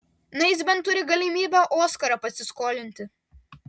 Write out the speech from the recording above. na jis bent turi galimybę oskarą pasiskolinti